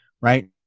right